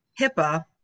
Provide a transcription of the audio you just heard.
HIPAA